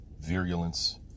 virulence